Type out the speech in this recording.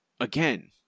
again